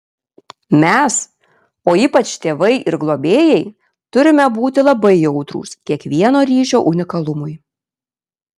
mes o ypač tėvai ir globėjai turime būti labai jautrūs kiekvieno ryšio unikalumui